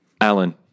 Alan